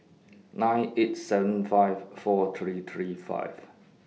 nine eight seven five four three three five